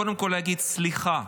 קודם כול להגיד סליחה,